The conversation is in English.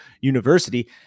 University